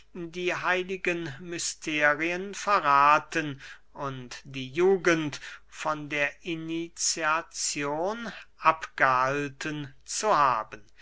die heiligen mysterien verrathen und die jugend von der iniziazion abgehalten zu haben